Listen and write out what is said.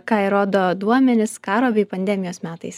ką ir rodo duomenys karo bei pandemijos metais